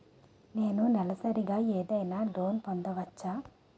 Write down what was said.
నేను నెలసరిగా ఏదైనా లోన్ పొందవచ్చా?